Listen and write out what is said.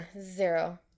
zero